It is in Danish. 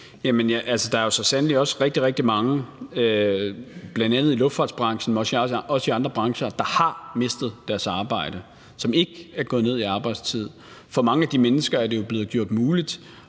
der er jo så sandelig også rigtig, rigtig mange, bl.a. i luftfartsbranchen, men også i andre brancher, der har mistet deres arbejde, og som ikke er gået ned i arbejdstid. For mange af de mennesker er det jo blevet gjort muligt